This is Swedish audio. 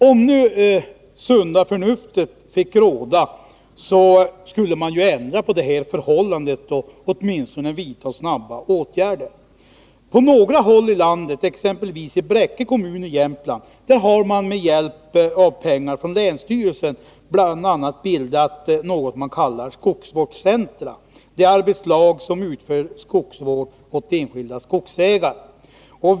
Om det sunda förnuftet fick råda, skulle man ändra på dessa förhållanden och åtminstone vidta snabba åtgärder. På några håll i landet, exempelvis i Bräcke kommun i Jämtland, har man med hjälp av pengar från länsstyrelsen bildat vad man kallar skogsvårdscentra. Arbetslag utför skogsvård åt enskilda skogsägare.